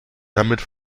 damit